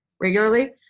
regularly